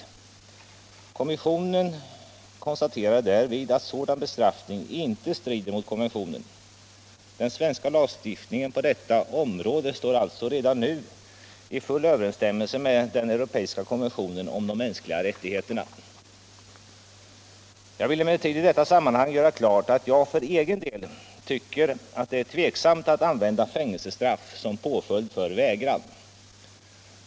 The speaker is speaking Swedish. Kommissionen konstaterade därvid att sådan bestraffning inte strider mot konventionen. Den svenska lagstiftningen på detta område står alltså redan nu i full överensstämmelse med den europeiska konventionen om de mänskliga rättigheterna. Jag vill emellertid i detta sammanhang göra klart att jag för egen del tycker att det är tvivelaktigt att använda fängelsestraff som påföljd vid vägran.